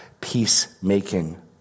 peacemaking